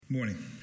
Morning